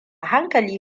hankali